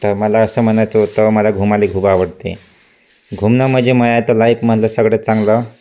तर मला असं म्हणायचं होतं मला घुमाले खूप आवडते आहे घुमणं म्हणजे माझ्या तर लाईफमधलं सगळ्यात चांगलं